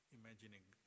imagining